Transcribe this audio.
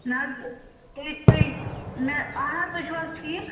نہَ حظ تُہۍ تُہۍ مےٚ اَہَن حظ تُہۍ چھُو حظ ٹھیٖک